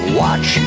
watch